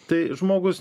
tai žmogus